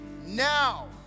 now